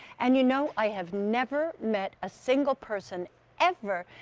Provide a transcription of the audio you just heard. and you know i have never met a single person ever,